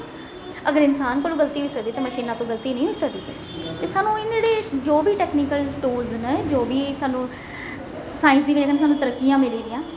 अगर इंसान कोला गलती होई सकदी ते मशीनां कोला तू गल्ती नेईं होई सकदी ते सानूं एह् जेह्ड़ी जो बी टैक्नीकल टूल्स न जो बी सानू साईंस दी बजह कन्नै सानूं तरक्कियां मिली दियां